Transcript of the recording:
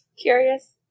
Curious